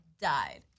died